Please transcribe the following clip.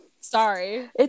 Sorry